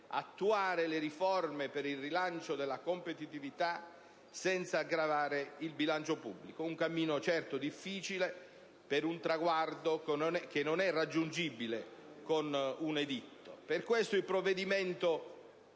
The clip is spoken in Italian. attuare le riforme per il rilancio della competitività senza gravare il bilancio pubblico: un cammino certo difficile per un traguardo che non è raggiungibile con un editto. Per questo il provvedimento